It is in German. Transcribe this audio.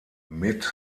mit